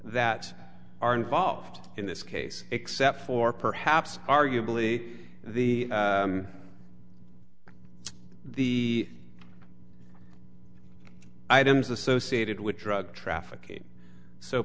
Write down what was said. that are involved in this case except for perhaps arguably the the items associated with drug trafficking so